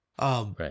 right